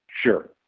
Sure